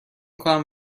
کنم